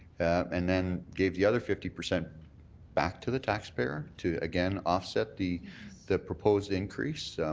and then gave the other fifty percent back to the taxpayer to, again, offset the the proposed increase,